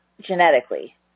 genetically